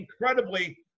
incredibly